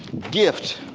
gift